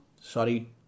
Sorry